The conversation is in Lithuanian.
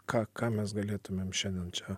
ką ką mes galėtumėm šiandien čia